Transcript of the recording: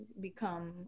become